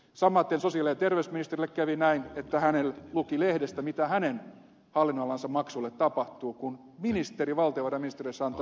samaten sosiaali ja terveysministerille kävi näin että hän luki lehdestä mitä hänen hallinnonalansa maksuille tapahtuu kun ministeri valtiovarainministeriössä antoi miljardin pois